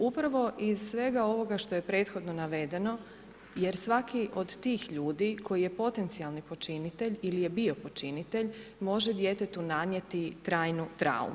Upravo iz svega ovoga što je prethodno navedeno, jer svaki od tih ljudi koji je potencijalni počinitelj ili je bio počinitelj, može djetetu nanijeti trajnu traumu.